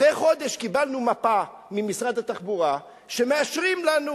אחרי חודש קיבלנו מפה ממשרד התחבורה שמאשרים לנו,